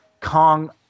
Kong